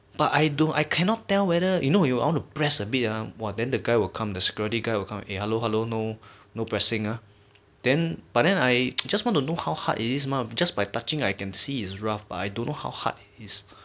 but I don't I cannot tell whether you know you want to press a bit ah !wah! then the guy will come the security guy will come eh hello hello no no pressing ah then but then I just want to know how hard it is mah just by touching I can see it's rough but don't know how hard it is